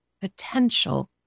potential